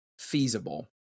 feasible